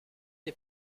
des